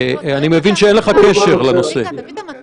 אני מבין שאין לך קשר לנושא.